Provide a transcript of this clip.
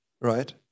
right